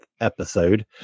episode